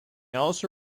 also